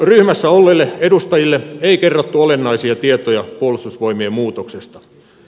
ryhmässä olleille edustajille ei kerrottu olennaisia tietoja puolustusvoimien muutoksesta